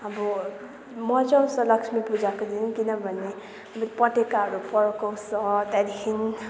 अब मजा आउँछ लक्ष्मी पूजाको दिन किनभने पटेकाहरू पड्काउँछ त्यहाँदेखि